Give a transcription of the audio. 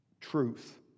truth